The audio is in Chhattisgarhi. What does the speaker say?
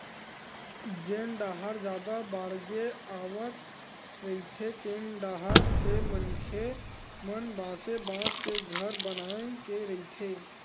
जेन डाहर जादा बाड़गे आवत रहिथे तेन डाहर के मनखे मन बासे बांस के घर बनाए के रहिथे